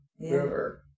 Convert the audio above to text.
River